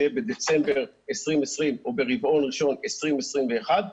יהיה בדצמבר 2020 או ברבעון ראשון של 2021,